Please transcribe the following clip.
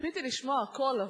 ציפיתי לשמוע הכול,